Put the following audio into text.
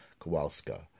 Kowalska